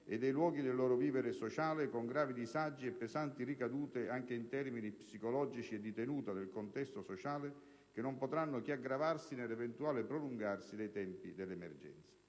e dei luoghi del loro vivere sociale, con gravi disagi e pesanti ricadute, anche in termini psicologici e di tenuta del contesto sociale, che non potranno che aggravarsi nell'eventuale prolungarsi dei tempi dell'emergenza.